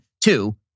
Two